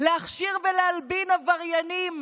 להכשיר ולהלבין עבריינים